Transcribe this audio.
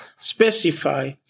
specify